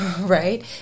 right